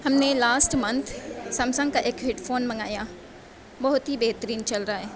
ہم نے last month Samsung کا ایک ہیڈ فون منگایا بہت ہی بہترین چل رہا ہے